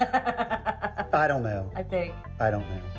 ah ah i don't know. i think. i don't